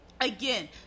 again